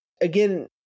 again